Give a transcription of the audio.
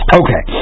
okay